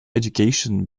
education